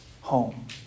home